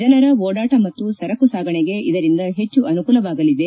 ಜನರ ಓಡಾಟ ಮತ್ತು ಸರಕು ಸಾಗಣೆಗೆ ಇದರಿಂದ ಹೆಚ್ಚು ಅನುಕೂಲವಾಗಲಿದೆ